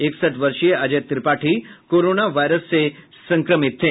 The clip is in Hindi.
इकसठ वर्षीय अजय त्रिपाठी कोरोना वायरस से संक्रमित थे